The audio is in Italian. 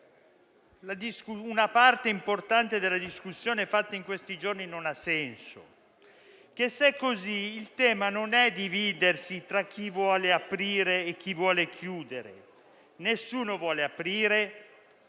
una parte importante della discussione fatta in questi giorni non ha senso. Se è così, il tema non è dividersi tra chi vuole aprire e chi vuole chiudere. Nessuno vuole aprire